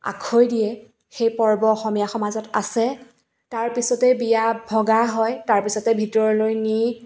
আখৈ দিয়ে সেই পৰ্ব অসমীয়া সমাজত আছে তাৰ পিছতে বিয়া ভগা হয় তাৰপিছতে ভিতৰলৈ নি